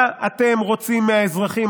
מה אתם רוצים מהאזרחים?